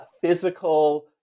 physical